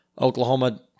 Oklahoma